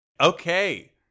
Okay